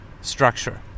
structure